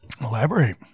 Elaborate